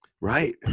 Right